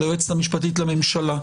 של היועצת המשפטית לממשלה,